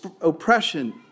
oppression